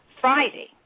Friday